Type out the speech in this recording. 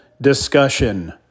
discussion